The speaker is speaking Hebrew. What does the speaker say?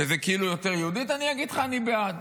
שזה כאילו יותר יהודית, אני אגיד לך, אני בעד.